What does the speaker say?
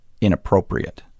inappropriate